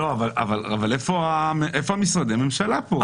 אבל איפה משרדי הממשלה פה?